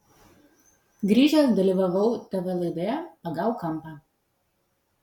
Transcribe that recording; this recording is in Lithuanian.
grįžęs dalyvavau tv laidoje pagauk kampą